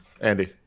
Andy